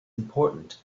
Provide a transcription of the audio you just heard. important